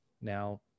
now